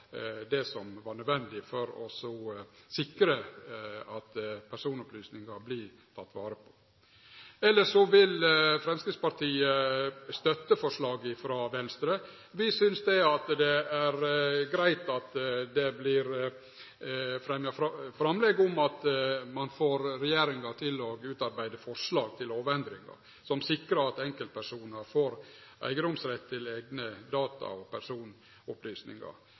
det som var nødvendig for å sikre at personopplysningar vert tekne vare på. Elles vil Framstegspartiet støtte forslaget frå Venstre. Vi synest det er greitt at det vert fremma framlegg om å be regjeringa utarbeide forslag til lovendringar som sikrar at enkeltpersonar får eigedomsrett til eigne data og personopplysningar.